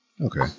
Okay